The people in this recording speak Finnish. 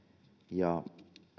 ja